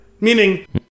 Meaning